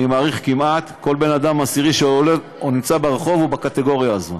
אני מעריך שכמעט כל בן אדם עשירי שנמצא ברחוב הוא בקטגוריה הזאת.